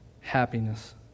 Happiness